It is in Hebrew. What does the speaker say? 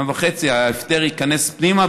ההפטר ייכנס פנימה.